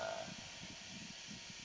uh